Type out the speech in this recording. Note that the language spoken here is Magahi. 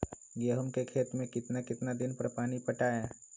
गेंहू के खेत मे कितना कितना दिन पर पानी पटाये?